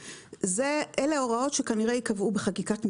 אלה ההוראות שכנראה ייקבעו בחקיקת משנה.